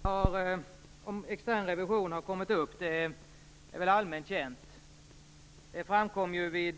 Herr talman! Det föreliggande betänkandet handlar alltså om revision av Regeringskansliet. Varför frågan om extern revision har kommit upp är väl allmänt känt. Det framkom ju